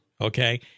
Okay